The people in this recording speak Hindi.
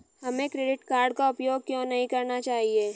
हमें क्रेडिट कार्ड का उपयोग क्यों नहीं करना चाहिए?